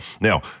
Now